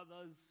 others